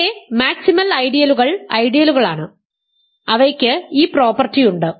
ഇവിടെ മാക്സിമൽ ഐഡിയലുകൾ ഐഡിയലുകളാണ് അവയ്ക്ക് ഈ പ്രോപ്പർട്ടി ഉണ്ട്